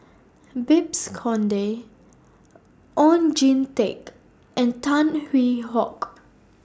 Babes Conde Oon Jin Teik and Tan Hwee Hock